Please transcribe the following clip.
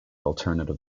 alternative